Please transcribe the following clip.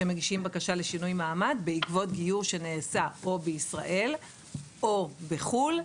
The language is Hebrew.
שהם מגישים בקשה לשינוי מעמד בעקבות גיור שנעשה או בישראל או בחו"ל,